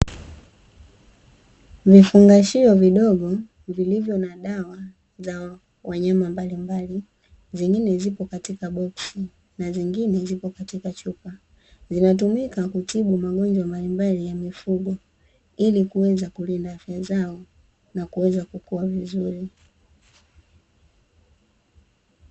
Vifungashio vidogo vilivyo na dawa za wanyama mbalimbali nyingine zipo katika boksi na nyingine, zipo katika chupa zinazotumika kutibu mlolongo mbalimbali wa mifugo ilikuweza kulinda afya zao na kuweza kukua vizuri.